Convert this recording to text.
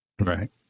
Right